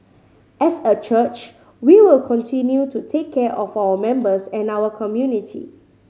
as a church we will continue to take care of our members and our community